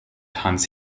hans